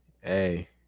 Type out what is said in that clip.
Hey